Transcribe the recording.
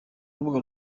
rubuga